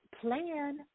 plan